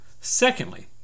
Secondly